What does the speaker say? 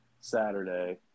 saturday